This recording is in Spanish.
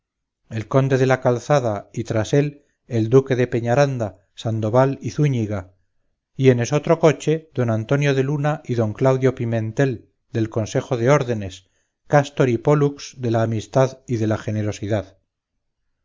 el conde de la calzada y tras él el duque de peñaranda sandoval y zúñiga y en esotro coche don antonio de luna y don claudio pimentel del consejo de ordenes cástor y pólux de la amistad y de la generosidad